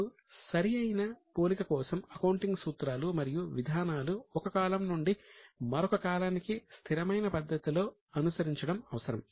ఇప్పుడు సరి అయిన పోలిక కోసం అకౌంటింగ్ సూత్రాలు మరియు విధానాలు ఒక కాలం నుండి మరొక కాలానికి స్థిరమైన పద్ధతిలో అనుసరించడం అవసరం